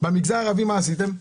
במגזר הערבי מה עשיתם?